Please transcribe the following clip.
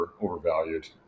overvalued